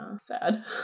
sad